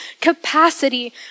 capacity